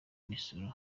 misoro